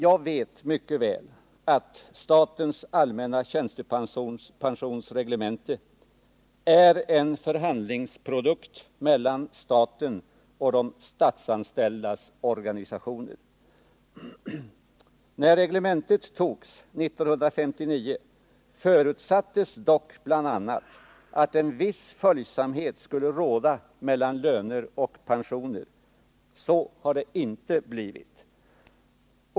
Jag vet mycket väl att statens allmänna tjänstepensionsreglemente är en produkt av förhandlingar mellan staten och de statsanställdas organisationer. När reglementet antogs 1959 förutsattes dock bl.a. att en viss följsamhet skulle råda mellan löner och pensioner — men så har det inte blivit.